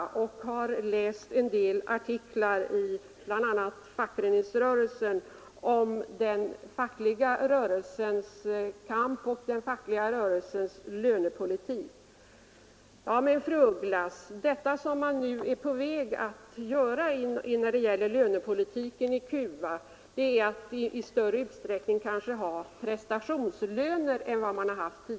Hon har läst en del artiklar i bl.a. Fackföreningsrörelsen om den fackliga rörelsens kamp och dess lönepolitik på Cuba. Vad man där är på väg med när det gäller lönepolitiken är att i större utsträckning genomföra prestationslöner.